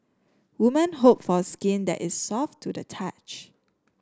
women hope for skin that is soft to the touch